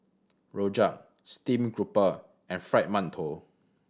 rojak steamed grouper and Fried Mantou